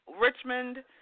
Richmond